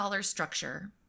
structure